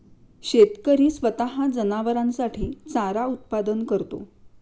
शेतकरी स्वतः जनावरांसाठी चारा उत्पादन करतो